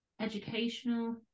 educational